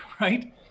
right